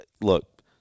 look